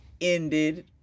ended